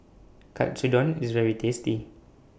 Katsudon IS very tasty